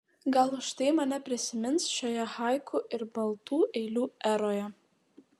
gal už tai mane prisimins šioje haiku ir baltų eilių eroje